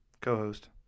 co-host